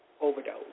overdose